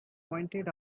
pointed